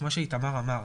כמו שאיתמר אמר.